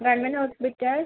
government hospital